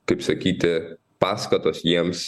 kaip sakyti paskatos jiems